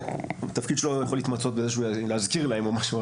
התפקיד שלו יכול להתמצות בלהזכיר להם או משהו,